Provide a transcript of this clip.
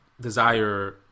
desire